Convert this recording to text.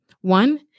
One